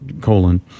colon